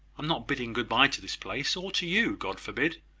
am not bidding good-bye to this place, or to you. god forbid!